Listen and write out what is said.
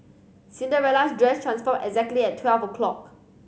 Cinderella's dress transformed exactly at twelve o'clock